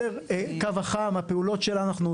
אנחנו עושים את הקו החם ופעולות אחרות.